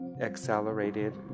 accelerated